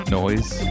noise